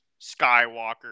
Skywalker